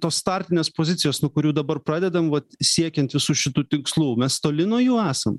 tos startinės pozicijos nuo kurių dabar pradedam vat siekiant visų šitų tikslų mes toli nuo jų esam